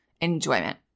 enjoyment